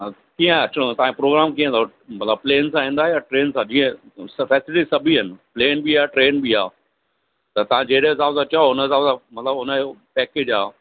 हा कीअं अचिणो तव्हांजे प्रोग्राम कीअं अथव मतिलब प्लेन सां ईंदो या ट्रेन सां जीअं सबैट्री सभई आहिनि प्लेन बि आहे ट्रेन बि आहे त तव्हां जहिड़े हिसाब सां चओ हुन हिसाब सां मतिलब हुनजो पैकेज आहे